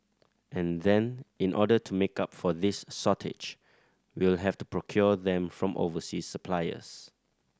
and then in order to make up for this shortage we'll have to procure them from overseas suppliers